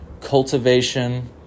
cultivation